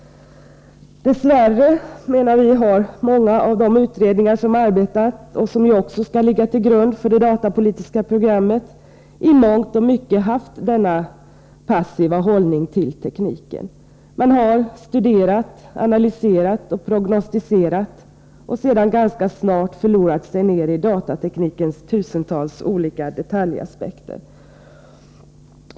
Dess värre har många av de utredningar som arbetat, och som ju skall ligga till grund för det datapolitiska programmet, i mångt och mycket haft en mycket passiv hållning till tekniken. Man har studerat, analyserat och prognostiserat och sedan ganska snart förlorat sig ner i datateknikens tusentals detaljaspekter.